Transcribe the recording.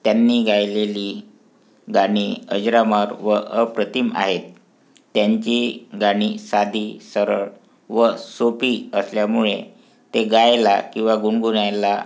त्यांनी गायलेली गाणी अजरामर व अप्रतिम आहेत त्यांची गाणी साधी सरळ व सोपी असल्यामुळे ते गायला किंवा गुणगुणायला